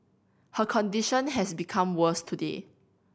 her condition has become worse today